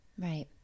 right